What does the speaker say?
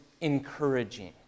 encouraging